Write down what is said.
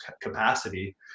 capacity